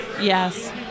Yes